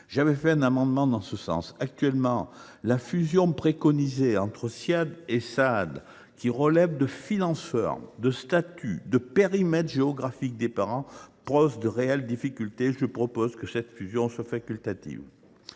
J’ai proposé un amendement en ce sens. Actuellement, la fusion préconisée entre les Ssiad et les Saad, qui relèvent de financeurs, de statuts et de périmètres géographiques différents, pose de réelles difficultés. Je propose que cette fusion soit facultative.